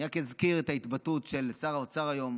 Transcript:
אני רק אזכיר את ההתבטאות של שר האוצר היום